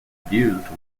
abused